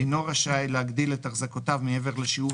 אינו רשאי להגדיל את החזקותיו מעבר לשיעור